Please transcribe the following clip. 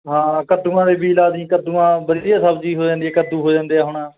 ਹਾਂ ਕੱਦੂਆਂ ਦੇ ਬੀਜ ਲਾ ਦੀ ਕੱਦੂਆਂ ਵਧੀਆ ਸਬਜ਼ੀ ਹੋ ਜਾਂਦੀ ਕੱਦੂ ਹੋ ਜਾਂਦੇ ਆ ਹੁਣ